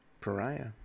pariah